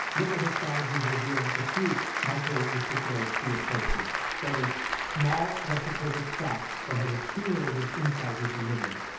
liver histologies revealed diffuse microvesicular steatosis, that is small vesicles of fat that had accumulated inside his liver.